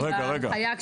מההנחיה,